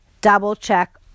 double-check